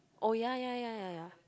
oh yeah yeah yeah yeah yeah